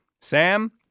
Sam